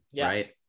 Right